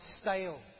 stale